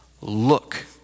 look